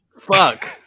Fuck